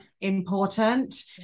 important